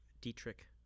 Dietrich